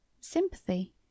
sympathy